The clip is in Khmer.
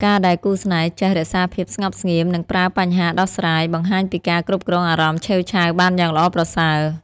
ការដែលគូស្នេហ៍ចេះ "រក្សាភាពស្ងប់ស្ងៀម និងប្រើបញ្ហាដោះស្រាយ" បង្ហាញពីការគ្រប់គ្រងអារម្មណ៍ឆេវឆាវបានយ៉ាងល្អប្រសើរ។